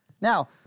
Now